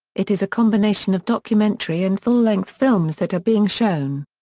it is a combination of documentary and full-length films that are being shown.